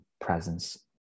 presence